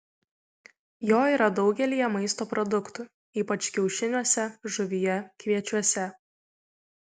jo yra daugelyje maisto produktų ypač kiaušiniuose žuvyje kviečiuose